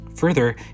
Further